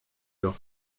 york